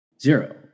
Zero